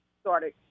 started